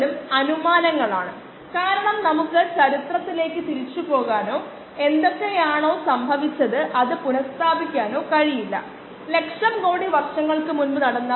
37 ×10 3 s 1 ഈ പ്രത്യേക ഉത്തരം നമ്മൾ സ്ഥിരീകരിക്കാൻ ഞാൻ ആഗ്രഹിക്കുന്നു